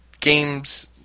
Games